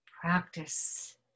practice